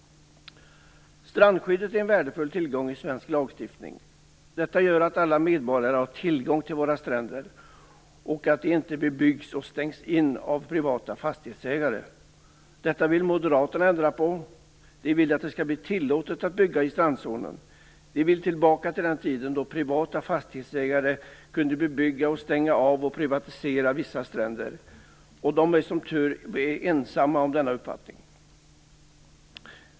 Strandskyddet är en värdefull tillgång i svensk lagstiftning. Detta gör att alla medborgare har tillgång till våra stränder och att de inte bebyggs och stängs in av privata fastighetsägare. Detta vill Moderaterna ändra på. De vill att det skall bli tillåtet att bygga i strandzonen. De vill tillbaka till den tiden då privata fastighetsägare kunde bebygga, stänga av och privatisera vissa stränder. Moderaterna är som tur är ensamma om denna uppfattning.